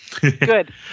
Good